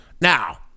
Now